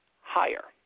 higher